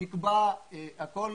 אנחנו